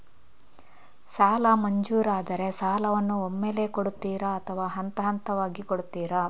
ಸಾಲ ಮಂಜೂರಾದರೆ ಸಾಲವನ್ನು ಒಮ್ಮೆಲೇ ಕೊಡುತ್ತೀರಾ ಅಥವಾ ಹಂತಹಂತವಾಗಿ ಕೊಡುತ್ತೀರಾ?